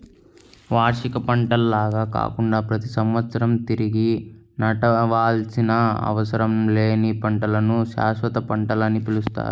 వార్షిక పంటల్లాగా కాకుండా ప్రతి సంవత్సరం తిరిగి నాటవలసిన అవసరం లేని పంటలను శాశ్వత పంటలని పిలుస్తారు